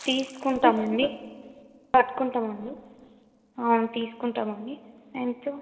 తీసుకుంటాం అండి కట్టుకుంటాం అండి అవును తీసుకుంటాం అండి ఎంత